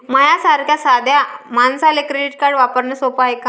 माह्या सारख्या साध्या मानसाले क्रेडिट कार्ड वापरने सोपं हाय का?